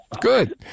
Good